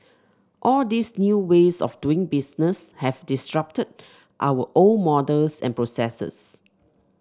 all these new ways of doing business have disrupted our old models and processes